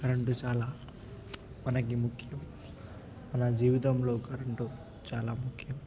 current చాలా మనకి ముఖ్యం మన జీవితంలో కరెంటు చాలా ముఖ్యం